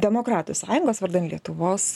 demokratų sąjungos vardan lietuvos